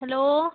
hello